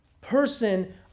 person